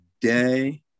day